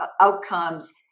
outcomes